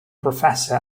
professor